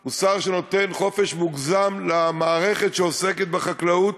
הוא שר שנותן חופש מוגזם למערכת שעוסקת בחקלאות,